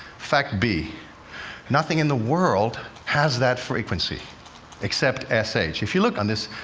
fact b nothing in the world has that frequency except s h. if you look on this,